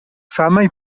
famaj